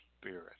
spirit